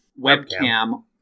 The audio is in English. Webcam